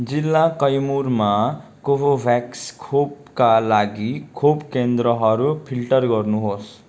जिल्ला कैमुरमा कोभाभ्याक्स खोपका लागि खोप केन्द्रहरू फिल्टर गर्नुहोस्